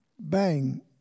Bang